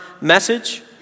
message